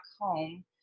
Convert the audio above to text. home